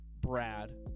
Brad